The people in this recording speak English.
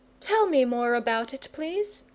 tell me more about it, please.